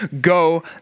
go